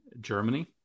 Germany